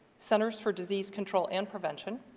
centers for disease control and prevention,